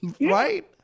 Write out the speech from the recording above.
Right